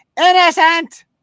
innocent